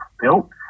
built